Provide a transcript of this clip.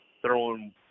throwing